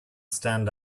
stand